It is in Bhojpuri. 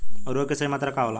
उर्वरक के सही मात्रा का होला?